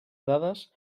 dades